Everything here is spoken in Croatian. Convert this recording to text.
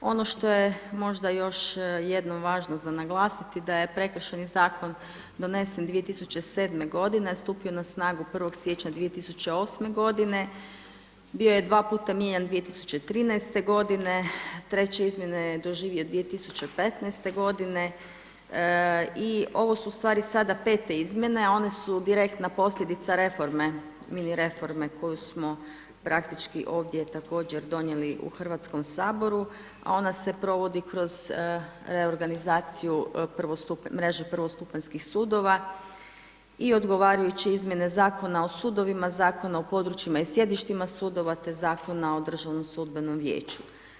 Ono što je možda još jednom važno za naglasiti, da je Prekršajni zakon donesen 2007. g., stupio na snagu 1. siječnja 2008. g., bio je dva puta mijenjan 2013. g., treće izmjene je doživio 2015. g. i ovo su ustvari sada pete izmjene, one su direktna posljedica reforme, mini reforme koju smo praktički ovdje također donijeli u Hrvatskom saboru, a ona se provodi kroz reorganizaciju mreže prvostupanjskih sudova i odgovarajuće izmjene Zakona o sudovima, Zakonima o područjima i sjedištima sudova te Zakona o Državnom sudbenom vijeću.